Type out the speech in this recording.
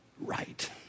right